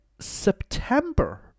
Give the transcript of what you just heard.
September